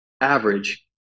average